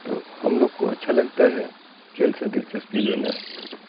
تو ہم لوگ کو اچھا لگتا ہے کھیل سے دلچسپی لینا